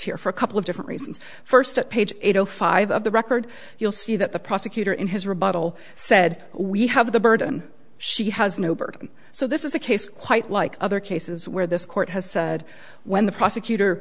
here for a couple of different reasons first at page five of the record you'll see that the prosecutor in his rebuttal said we have the burden she has no burden so this is a case quite like other cases where this court has said when the prosecutor